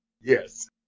Yes